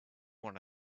one